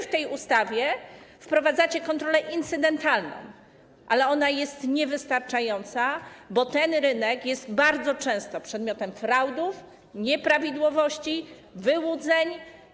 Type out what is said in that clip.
W tej ustawie wprowadzacie kontrolę incydentalną, ale ona jest niewystarczająca, bo ten rynek jest bardzo często przedmiotem fraudów, nieprawidłowości i wyłudzeń.